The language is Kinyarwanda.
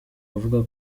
avuga